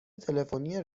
تلفنی